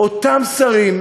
אותם שרים,